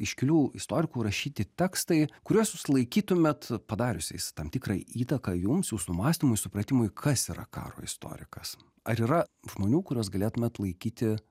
iškilių istorikų rašyti tekstai kuriuos jūs laikytumėt padariusiais tam tikrą įtaką jums jūsų mąstymui supratimui kas yra karo istorikas ar yra žmonių kuriuos galėtumėt laikyti